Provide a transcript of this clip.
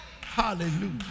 Hallelujah